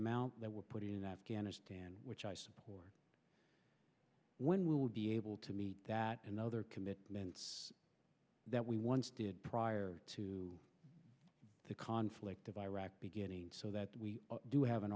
amount that were put in that ghana and which i support when we would be able to meet that and other commitments that we once did prior to the conflict of iraq beginning so that we do have an